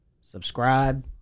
subscribe